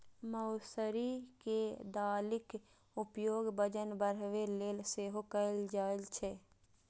मौसरी के दालिक उपयोग वजन घटाबै लेल सेहो कैल जाइ छै